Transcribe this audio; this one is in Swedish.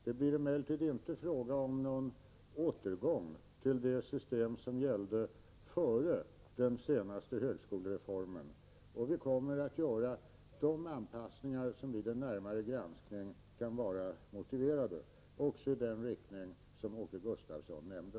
Det blir emellertid inte fråga om någon återgång till det system som gällde före den senaste högskolereformen. Vi kommer att göra de anpassningar som vid en närmare granskning kan vara motiverade också i den riktning som Åke Gustavsson nämnde.